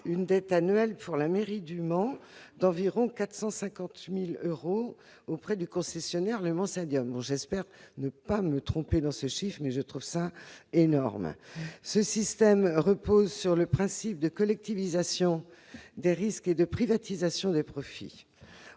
une dette annuelle pour la mairie du Mans d'environ 450 000 euros auprès du concessionnaire Le Mans Stadium- si ce chiffre est exact, c'est énorme ! Ce système repose sur le principe de collectivisation des risques et de privatisation des profits.